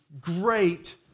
great